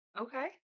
Okay